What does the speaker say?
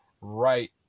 right